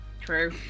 true